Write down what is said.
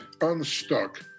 unstuck